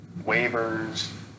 waivers